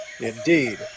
Indeed